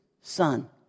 son